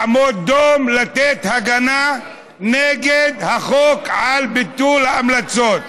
לעמוד דום, לתת הגנה נגד החוק על ביטול ההמלצות.